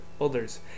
others